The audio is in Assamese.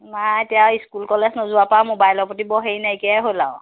নাই এতিয়া স্কুল কলেজ নোযোৱা পৰা ম'বাইলৰ প্ৰতি বৰ হেৰি নাইকিয়াই হ'ল আৰু